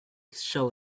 shall